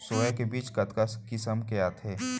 Soya के बीज कतका किसम के आथे?